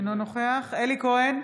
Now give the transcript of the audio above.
אינו נוכח אלי כהן,